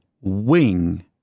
Wing